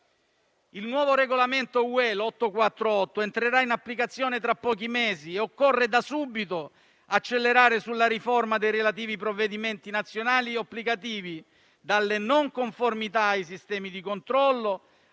Il nuovo regolamento UE n. 848 del 2018 entrerà in applicazione tra pochi mesi e occorre da subito accelerare sulla riforma dei relativi provvedimenti nazionali o applicativi, dalla non conformità ai sistemi di controllo,